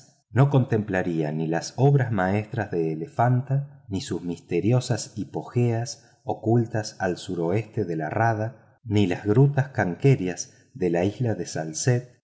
no contemplaría ni las obras maestras de elefanta ni sus misteriosas hipogeas ocultas al sureste de la rada ni las grutas kankerias de la isla de salcette